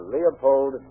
Leopold